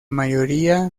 mayoría